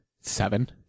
seven